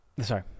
sorry